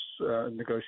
negotiations